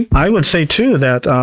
i would say too that